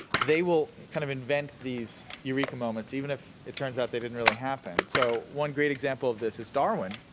they will kind of invent these eureka moments, even if it turns out it didn't really happen. so, one great example of this is darwin.